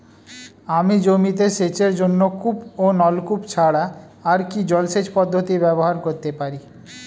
আমি জমিতে সেচের জন্য কূপ ও নলকূপ ছাড়া আর কি জলসেচ পদ্ধতি ব্যবহার করতে পারি?